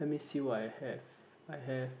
let me see what I have I have